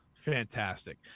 fantastic